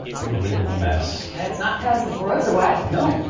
unbelievable mess, and it's not because the roads are wet snow.